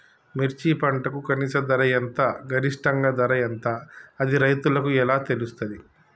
మిర్చి పంటకు కనీస ధర ఎంత గరిష్టంగా ధర ఎంత అది రైతులకు ఎలా తెలుస్తది?